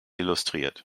illustriert